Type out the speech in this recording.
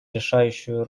решающую